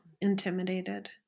intimidated